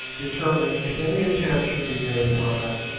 determined, if any attempt should be made upon us,